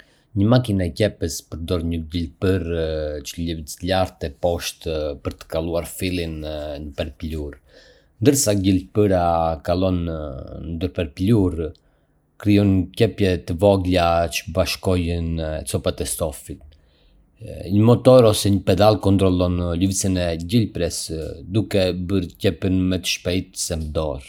Një makinë qepëse përdor një gjilpërë që lëviz lart e poshtë për të kaluar fillin nëpër pëlhurë. Ndërsa gjilpëra kalon nëpër pëlhurë, krijon qepje të vogla që bashkojnë copat e stofit. Një motor ose një pedal kontrollon lëvizjen e gjilpërës, duke e bërë qepjen më të shpejtë se me dorë.